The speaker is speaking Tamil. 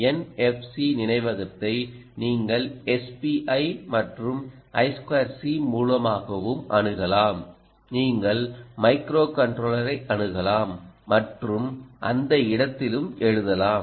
NFC நினைவகத்தை நீங்கள் SPI மற்றும் I2C மூலமாகவும் அணுகலாம் நீங்கள் மைக்ரோகண்ட்ரோலரை அணுகலாம் மற்றும் அந்த இடத்திலும் எழுதலாம்